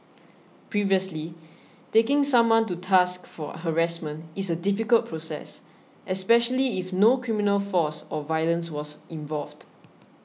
previously taking someone to task for harassment is a difficult process especially if no criminal force or violence was involved